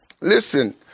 listen